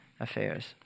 Affairs